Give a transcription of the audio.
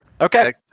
Okay